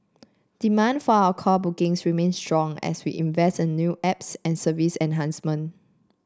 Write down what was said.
demand for our call bookings remains strong as we invest in new apps and service enhancement